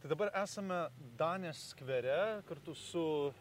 tai dabar esame danės skvere kartu su